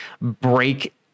break